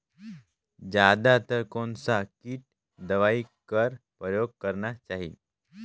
जादा तर कोन स किट दवाई कर प्रयोग करना चाही?